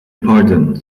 pardon